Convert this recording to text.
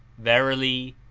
verily,